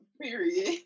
period